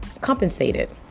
compensated